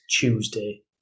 tuesday